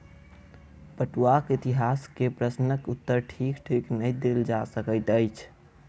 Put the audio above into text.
पटुआक इतिहास के प्रश्नक उत्तर ठीक ठीक नै देल जा सकैत अछि